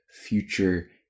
future